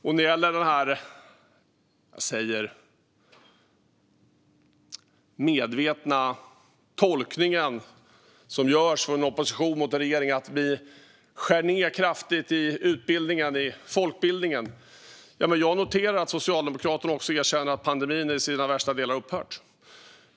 När det gäller den medvetna tolkning som görs från oppositionen av att regeringen skär ned kraftigt på utbildningen och folkbildningen noterar jag att också Socialdemokraterna erkänner att pandemin i dess värsta delar har upphört.